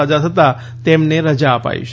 સાજા થતા તેમને રજા અપાઈ છે